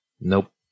Nope